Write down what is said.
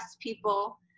people